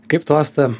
kaip tu asta